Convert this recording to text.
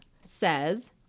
says